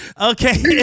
okay